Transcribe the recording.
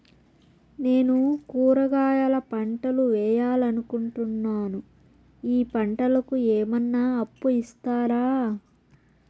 నేను కూరగాయల పంటలు వేయాలనుకుంటున్నాను, ఈ పంటలకు ఏమన్నా అప్పు ఇస్తారా?